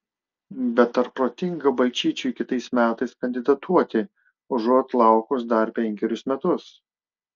bet ar protinga balčyčiui kitais metais kandidatuoti užuot laukus dar penkerius metus